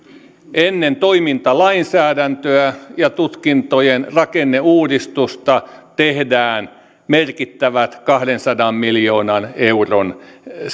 ennen toimintalainsäädäntöä ja tutkintojen rakenneuudistusta tehdään merkittävät kahdensadan miljoonan euron